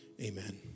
Amen